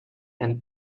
and